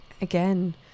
Again